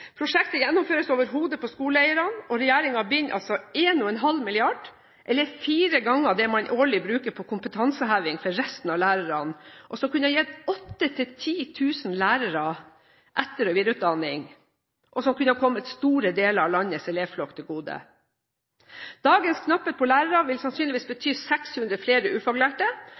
Prosjektet gjennomføres over hodet på skoleeierne, og regjeringen binder 1,5 mrd. kr – eller fire ganger det som årlig brukes på kompetanseheving for resten av lærerne, og som kunne gitt 8 000–10 000 lærere etter- og videreutdanning, noe som igjen kunne ha kommet store deler av landets elevflokk til gode. Dagens knapphet på lærere vil sannsynligvis bety 600 flere ufaglærte,